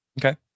Okay